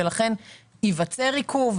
ולכן ייווצר עיכוב?